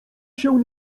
się